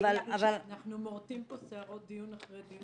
אנחנו מורטים פה שערות דיון אחרי דיון